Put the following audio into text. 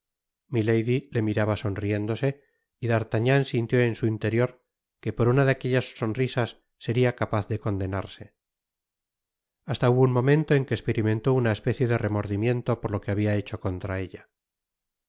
milady le miraba sonriéndose y d'artagnan sintió en su interior que por una de aquellas sonrisas seria capaz de condenarse hasta hubo un momento en que esperimentó una especie de remordimiento por lo que habia hecho contra ella